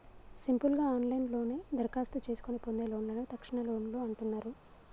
simple గా ఆన్లైన్లోనే దరఖాస్తు చేసుకొని పొందే లోన్లను తక్షణలోన్లు అంటున్నరు